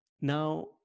Now